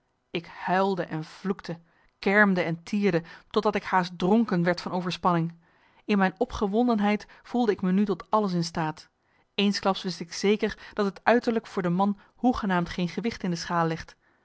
ik huilde en vloekte kermde en tierde totdat ik haast dronken werd van overspanning in mijn opgewondenheid voelde ik me nu tot alles in staat eensklaps wist ik zeker dat het uiterlijk voor de man hoegenaamd geen gewicht in de schaal legt